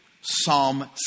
Psalm